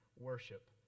Worship